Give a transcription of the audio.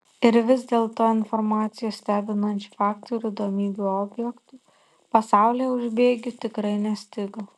ir vis dėlto informacijos stebinančių faktų ir įdomių objektų pasaulyje už bėgių tikrai nestigo